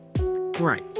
right